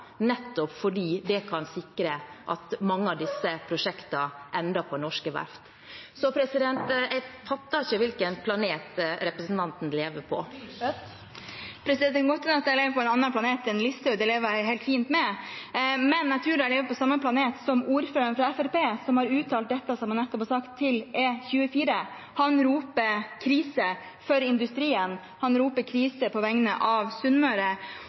nettopp fordi det kan sikre at mange av disse prosjektene ender på norske verft. Så jeg fatter ikke hvilken planet representanten lever på. Det kan godt være at jeg lever på en annen planet enn Listhaug, det lever jeg helt fint med, men jeg tror jeg lever på samme planet som ordføreren fra Fremskrittspartiet, som har uttalt dette som jeg nettopp har sagt, til E24. Han roper krise for industrien, han roper krise på vegne av Sunnmøre.